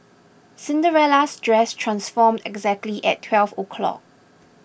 Cinderella's dress transformed exactly at twelve o'clock